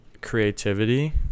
creativity